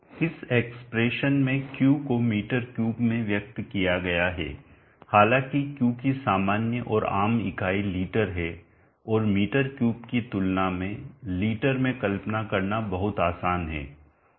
इस एक्सप्रेशन में Q को मीटर क्यूब में व्यक्त किया गया है हालांकि Q की सामान्य और आम इकाई लीटर है और मीटर क्यूब की तुलना में लीटर में कल्पना करना बहुत आसान है